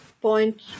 point